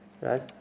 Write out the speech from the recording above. Right